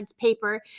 paper